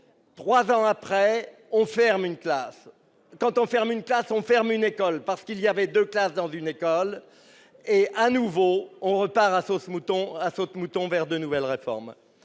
3 ans après on ferme une classe quand on ferme une quand on ferme une école parce qu'il y avait 2 classes dans une école et à nouveau on repart mouton à saute-mouton vers de nouvelles réformes